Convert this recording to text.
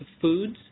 foods